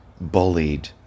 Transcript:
bullied